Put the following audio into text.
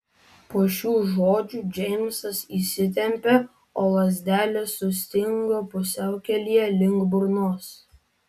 po šių žodžių džeimsas įsitempė o lazdelės sustingo pusiaukelėje link burnos